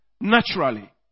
naturally